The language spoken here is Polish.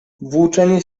włóczenie